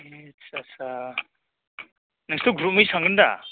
आस्सा आस्सा नोंसोरथ' ग्रुबैसो थांगोन दा